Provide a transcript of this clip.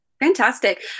Fantastic